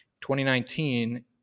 2019